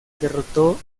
derrotó